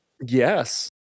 Yes